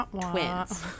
twins